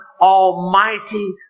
almighty